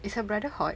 is her her brother hot